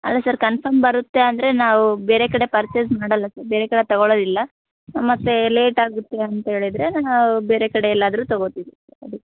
ಅಲ್ಲ sir confirm ಬರುತ್ತೆ ಅಂದರೆ ನಾವು ಬೇರೆ ಕಡೆ ಪರ್ಚೇಸ್ ಮಾಡೊಲ್ಲ ಸರ್ ಬೇರೆ ಕಡೆ ತಗೊಳ್ಳೋದಿಲ್ಲ ಮತ್ತೇ ಲೇಟಾಗುತ್ತೆ ಅಂತೇಳಿದರೆ ನಾವು ಬೇರೆ ಕಡೆ ಎಲ್ಲಾದರು ತಗೊತೀವಿ ಅದು